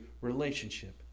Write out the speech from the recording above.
relationship